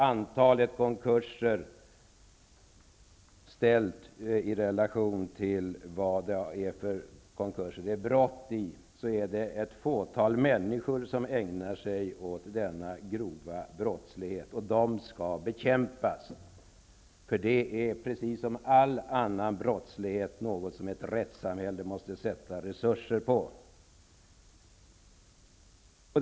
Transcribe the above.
Antalet konkurser där det förekommer brott visar att det är ett fåtal människor som ägnar sig åt denna grova brottslighet. De skall bekämpas. Det är något som ett rättssamhälle måste sätta in resurser på, precis som när det gäller all annan brottslighet.